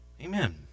amen